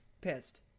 pissed